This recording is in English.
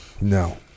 No